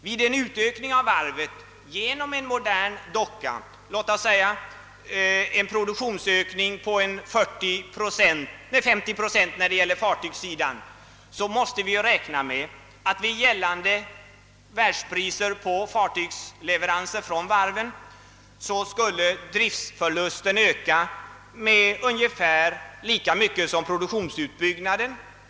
Vid en utbyggnad av varvet genom en modern docka — låt oss säga en produktionsökning på 50 procent för fartygssidan — måste vi räkna med att med gällande världspriser på fartygsleveranser från varvet driftsförlusten skulle öka med ungefär lika mycket som produktionsutbyggnaden.